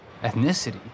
Ethnicity